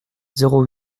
zéro